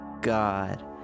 God